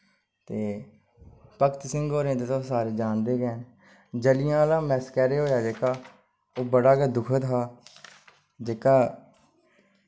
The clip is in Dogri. ते भगत सिंह होरें दी तुस सारे जानदे गै जलिआ आह्ला मैसक्करे होआ जेह्का ओह् बड़ा गै दूखद हा जेह्का